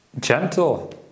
gentle